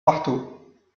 marteau